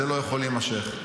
זה לא יכול להימשך,